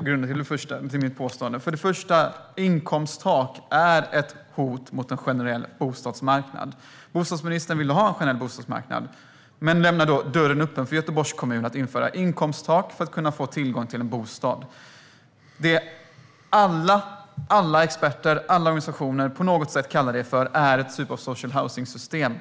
grunder för mitt påstående. För det första: Inkomsttak är ett hot mot en generell bostadsmarknad. Bostadsministern vill ju ha en generell bostadsmarknad men lämnar dörren öppen för Göteborgs kommun att införa ett inkomsttak för att människor ska kunna få tillgång till en bostad. Vad alla experter och organisationer kallar detta för är en typ av social housing-system.